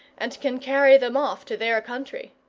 and can carry them off to their country.